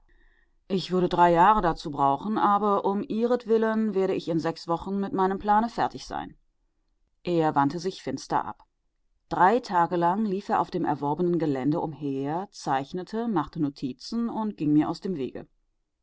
ich würde drei jahre dazu brauchen aber um ihretwillen werde ich in sechs wochen mit meinem plane fertig sein er wandte sich finster ab drei tage lang lief er auf dem erworbenen gelände umher zeichnete machte notizen und ging mir aus dem wege